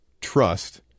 Trust